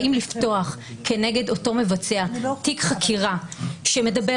האם לפתוח כנגד אותו מבצע תיק חקירה שמדבר